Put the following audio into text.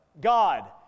God